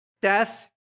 death